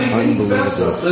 unbelievable